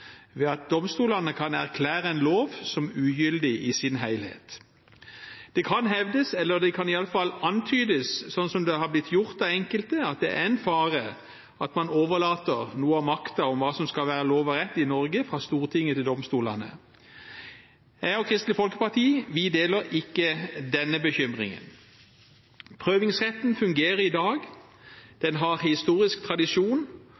ved at domstolene kan erklære en lov som ugyldig i sin helhet. Det kan hevdes – det kan iallfall antydes, som det har blitt gjort av enkelte – at det er en fare for at man overlater noe av makten over hva som skal være lov og rett i Norge, fra Stortinget til domstolene. Jeg og Kristelig Folkeparti deler ikke denne bekymringen. Prøvingsretten fungerer i dag, den har historisk tradisjon,